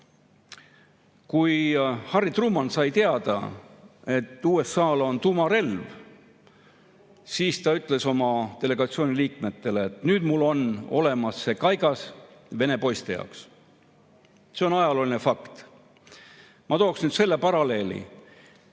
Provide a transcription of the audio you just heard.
kui Harry Truman sai teada, et USA-l on tuumarelv, siis ta ütles oma delegatsiooni liikmetele, et nüüd mul on olemas see kaigas Vene poiste jaoks. See on ajalooline fakt. Ma tooksin selle paralleeli.